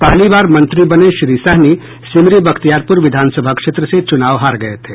पहली बार मंत्री बने श्री सहनी सिमरी बख्तियारपुर विधानसभा क्षेत्र से चुनाव हार गये थे